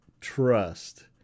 trust